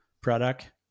product